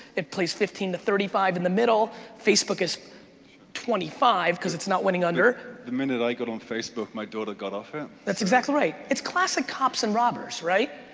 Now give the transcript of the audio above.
it plays fifteen to thirty five in the middle, facebook is twenty five because it's not winning under the minute i got on facebook, my daughter got off it. that's exactly right. it's classic cops and robbers, right?